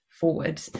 forward